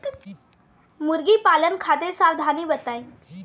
मुर्गी पालन खातिर सावधानी बताई?